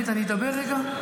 עמית, אני אדבר רגע.